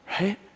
Right